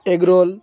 egg roll